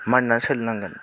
मानिना सोलिनांगोन